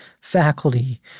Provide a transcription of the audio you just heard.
faculty